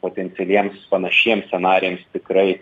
potencialiems panašiems scenarijams tikrai